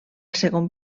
segon